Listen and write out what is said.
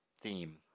theme